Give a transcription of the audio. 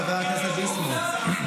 חבר הכנסת ביסמוט?